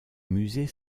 musée